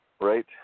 Right